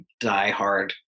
diehard